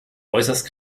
äußerst